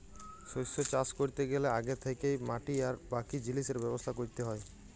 শস্য চাষ ক্যরতে গ্যালে আগে থ্যাকেই মাটি আর বাকি জিলিসের ব্যবস্থা ক্যরতে হ্যয়